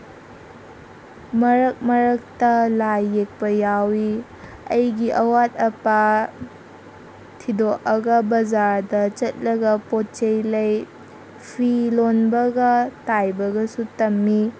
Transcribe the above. ꯃꯔꯛ ꯃꯔꯛꯇ ꯂꯥꯏ ꯌꯦꯛꯄ ꯌꯥꯎꯋꯤ ꯑꯩꯒꯤ ꯑꯋꯥꯠ ꯑꯄꯥ ꯊꯤꯗꯣꯛꯑꯒ ꯕꯖꯥꯔꯗ ꯆꯠꯂꯒ ꯄꯣꯠ ꯆꯩ ꯂꯩ ꯐꯤ ꯂꯣꯟꯕꯒ ꯇꯥꯏꯕꯒꯁꯨ ꯇꯝꯃꯤ